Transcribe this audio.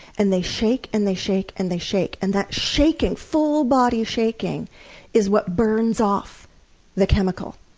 and they shake and they shake and they shake, and that shaking full body shaking is what burns off the chemical.